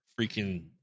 freaking